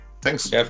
Thanks